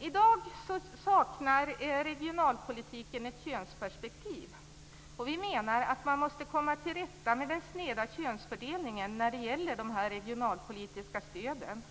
I dag saknar regionalpolitiken ett könsperspektiv. Vi menar att man måste komma till rätta med den sneda könsfördelningen när det gäller de regionalpolitiska stöden.